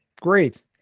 great